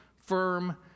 firm